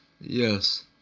Yes